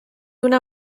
una